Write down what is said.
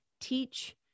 teach